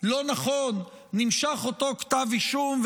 לא נכון נמשך אותו כתב אישום.